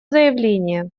заявление